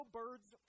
birds